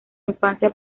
infancia